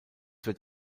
wird